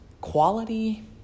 Quality